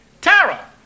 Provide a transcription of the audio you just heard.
Tara